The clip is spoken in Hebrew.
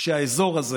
שהאזור הזה